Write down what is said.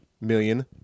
million